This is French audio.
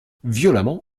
violemment